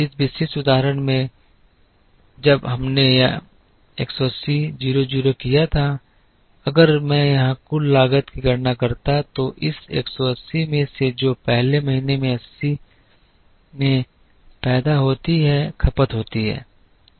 इस विशेष उदाहरण में जब हमने यह 180 0 0 किया था अगर मैं यहाँ कुल लागत की गणना करता तो इस 180 में से जो पहले महीने 80 में पैदा होती है खपत होती है